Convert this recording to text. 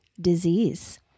disease